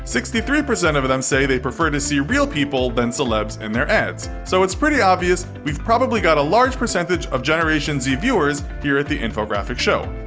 sixty three percent of of them say they prefer to see real people than celebs in their ads. so it's pretty obvious we've probably got a large percentage of generation z viewers, here at the infographics show.